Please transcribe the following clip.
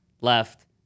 left